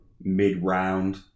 mid-round